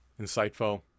insightful